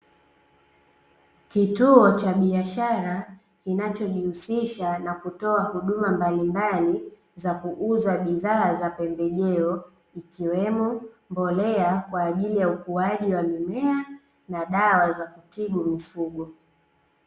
Kituo cha biashara kinachojihusisha na kutoa huduma mbalimbali, za kuuza bidhaa za pembejeo, ikiwemo; mbolea kwa ajili ya ukuaji wa mimea na dawa za kutibu mifugo.